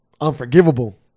unforgivable